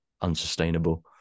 unsustainable